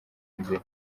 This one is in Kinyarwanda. inzira